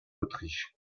autriche